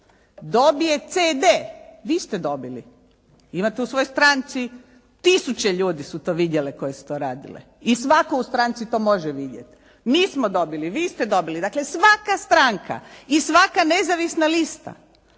dobije CD. Vi ste dobili, imate u svojoj stranci. Tisuće ljudi su to vidjele koje su to radile i svatko u stranci to može vidjeti. Mi smo dobili, vi ste dobili dakle svaka stranka i svaka nezavisna lista